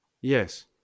Yes